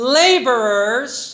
laborers